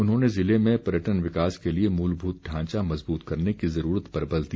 उन्होंने ज़िले में पर्यटन विकास के लिए मूलभूत ढांचा मजबूत करने की ज़रूरत पर बल दिया